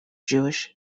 jewish